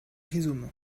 rhizome